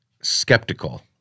skeptical